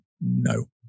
No